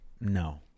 No